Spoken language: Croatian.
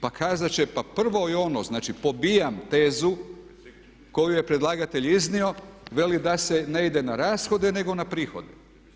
Pa kazati će, pa prvo je ono, znači pobijam tezu koju je predlagatelj iznio veli da se ne ide na rashode nego na prihode.